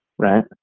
Right